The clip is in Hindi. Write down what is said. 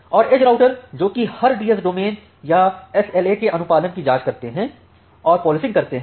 और एज राउटर जो की हर डीएस डोमेन पर एसएलए के अनुपालन की जांच करते हैं और पोलिसिंग करते हैं